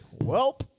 welp